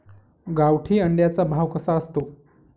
गावठी अंड्याचा भाव कसा असतो?